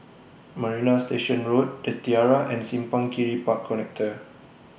Marina Station Road The Tiara and Simpang Kiri Park Connector